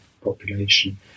population